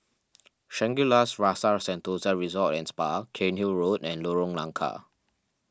Shangri La's Rasa Sentosa Resort and Spa Cairnhill Road and Lorong Nangka